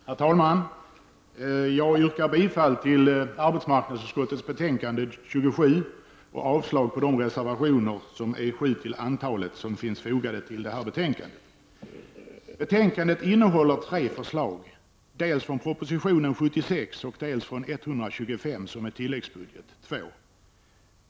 Herr talman! Jag yrkar bifall till hemställan i arbetsmarknadsutskottets betänkande 27 och avslag på de reservationer, sju till antalet, som finns fogade till betänkandet. Betänkandet innehåller tre förslag, dels från proposition 76, dels från 125 som gäller tilläggsbudget II.